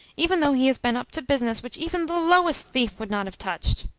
even though he had been up to business which even the lowest thief would not have touched!